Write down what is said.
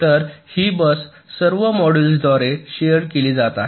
तर ही बस सर्व मॉड्यूल्सद्वारे शेअर केली जात आहे